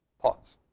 pause.